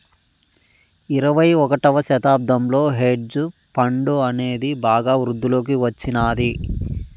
ఇరవై ఒకటవ శతాబ్దంలో హెడ్జ్ ఫండ్ అనేది బాగా వృద్ధిలోకి వచ్చినాది